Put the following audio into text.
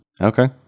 Okay